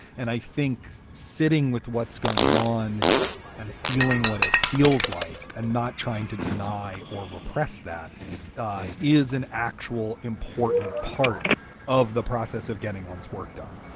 and i think sitting with what's going on and feeling what it feels like and not trying to deny or repress, that is an actual important part of the process of getting one's work done.